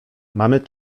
mamy